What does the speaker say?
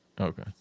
Okay